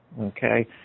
okay